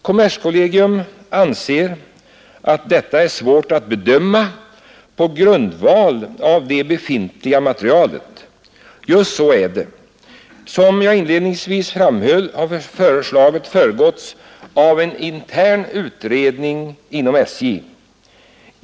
Kommerskollegium anser att detta är svårt att bedöma på grundval av det befintliga materialet. Just så är det. Som jag inledningsvis framhöll har förslaget föregåtts av en intern utredning inom SJ.